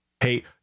hey